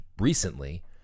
recently